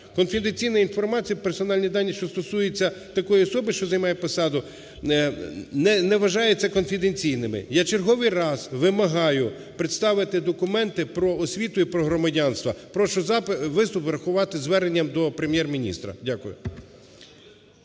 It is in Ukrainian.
Конфіденційна інформація, персональні дані, що стосується такої особи, що займає посаду, не вважаються конфіденційними. Я черговий раз вимагаю представити документи про освіту і про громадянство. Прошу виступ врахувати зверненням до Прем'єр-міністра. Дякую.